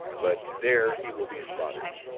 but there he will be slaughtered.